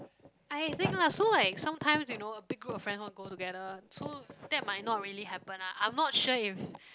I think lah so like sometimes you know a big group of friends want go together so that might not really happen lah I'm not sure if